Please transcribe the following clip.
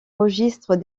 registre